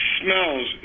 smells